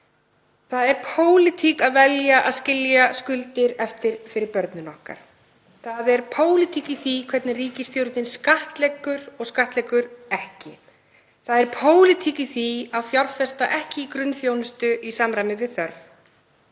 Það er pólitík að velja að skilja skuldir eftir fyrir börnin okkar. Það er pólitík í því hvernig ríkisstjórnin skattleggur og skattleggur ekki. Það er pólitík í því að fjárfesta ekki í grunnþjónustu í samræmi við þörf.